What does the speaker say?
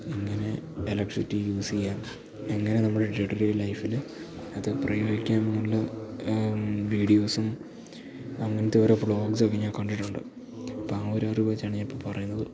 ഇങ്ങനെ electricity use ചെയ്യാം എങ്ങനെ നമ്മുടെ ഡേ ടു ഡേ ലൈഫില് അത് പ്രയോഗിക്കാമെന്നുള്ള വീഡിയോസും അങ്ങനത്തെ കുറെ വ്ളോഗ്സുമൊക്കെ ഞാന് കണ്ടിട്ടുണ്ട് അപ്പോള് ആ ഒരറിവുവെച്ചാണ് ഞാനിപ്പോള് പറയുന്നത്